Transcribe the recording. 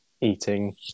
eating